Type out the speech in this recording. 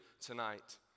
tonight